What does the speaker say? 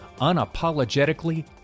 unapologetically